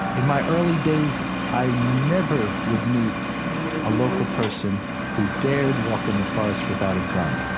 in my early days, i never would meet a local person who dared walk in the forest without a gun.